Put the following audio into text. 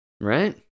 Right